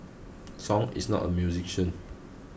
song is not a musician